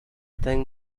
think